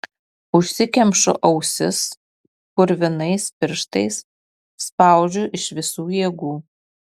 užsikemšu ausis purvinais pirštais spaudžiu iš visų jėgų